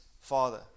father